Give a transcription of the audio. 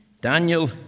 Daniel